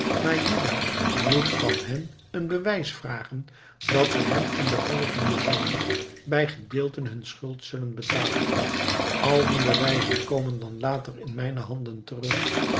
maar juda moet van hen een bewijs vragen dat ze hem in den volgenden zomer bij gedeelten hunne schuld zullen betalen al die bewijzen komen dan later in mijne handen terug